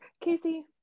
Casey